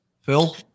Phil